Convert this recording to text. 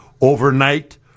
overnight